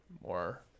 more